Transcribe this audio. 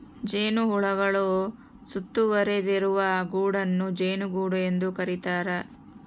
ಜೇನುಹುಳುಗಳು ಸುತ್ತುವರಿದಿರುವ ಗೂಡನ್ನು ಜೇನುಗೂಡು ಎಂದು ಕರೀತಾರ